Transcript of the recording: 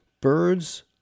Birds